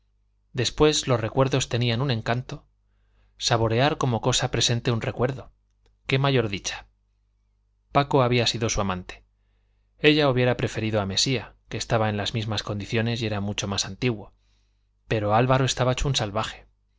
después los recuerdos tenían un encanto saborear como cosa presente un recuerdo qué mayor dicha paco había sido su amante ella hubiera preferido a mesía que estaba en las mismas condiciones y era mucho más antiguo pero álvaro estaba hecho un salvaje